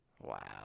Wow